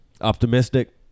Optimistic